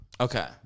Okay